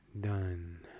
done